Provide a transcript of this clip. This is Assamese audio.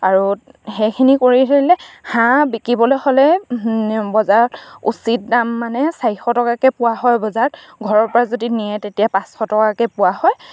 আৰু সেইখিনি কৰি হাঁহ বিকিবলে হ'লে বজাৰত উচিত দাম মানে চাৰিশ টকাকে পোৱা হয় বজাৰত ঘৰৰ পৰা যদি নিয়ে তেতিয়া পাঁচশ টকাকে পোৱা হয়